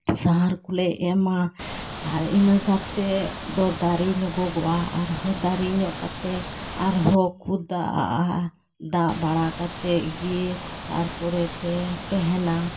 ᱥᱟᱦᱟᱨ ᱠᱚᱞᱮ ᱮᱢᱟ ᱤᱱᱟᱹ ᱠᱟᱛᱮ ᱫᱚ ᱫᱟᱨᱮ ᱧᱚᱜᱚᱜᱼᱟ ᱟᱨᱦᱚᱸ ᱫᱟᱨᱮ ᱧᱚᱜ ᱠᱟᱛᱮ ᱟᱨᱦᱚᱸ ᱠᱚ ᱫᱟᱜ ᱟᱜᱼᱟ ᱫᱟᱜ ᱵᱟᱲᱟ ᱠᱟᱛᱮ ᱜᱮ ᱛᱟᱨᱯᱚᱨᱮ ᱛᱮ ᱛᱟᱦᱮᱱᱟ